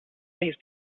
these